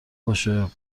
باشه